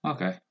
Okay